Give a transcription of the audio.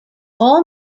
all